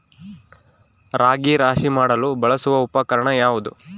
ರಾಗಿ ರಾಶಿ ಮಾಡಲು ಬಳಸುವ ಉಪಕರಣ ಯಾವುದು?